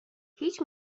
هیچ